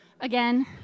again